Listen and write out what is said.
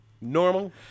Normal